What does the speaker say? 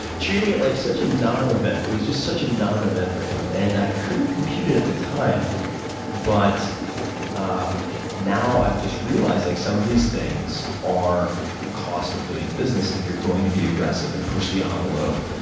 treating it like such a non event. it was just such a non event for him. and i couldn't compute it at the time but ah now i've just realized like some of these things are a cost of doing business. and if you're going to be aggressive and push the envelope,